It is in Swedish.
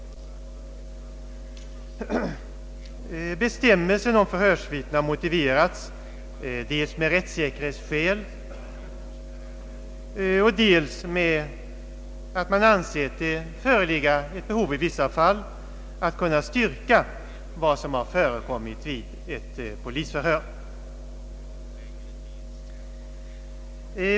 Bestämmelsen om förhörsvittnet har motiverats dels med rättssäkerhetsskäl, dels med att man ansett det föreligga behov i vissa fall att kunna styrka vad som har förekommit vid ett polisförhör.